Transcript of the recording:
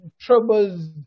troubles